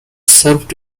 served